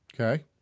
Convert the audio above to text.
Okay